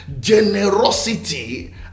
generosity